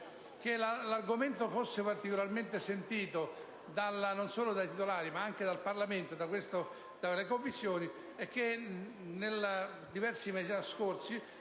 Che l'argomento fosse particolarmente sentito, non solo dai titolari ma anche dal Parlamento e dalle Commissioni, emerge dal fatto che nei mesi scorsi,